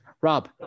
Rob